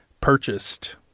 purchased